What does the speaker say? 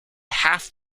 half